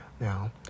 now